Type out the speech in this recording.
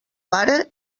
pare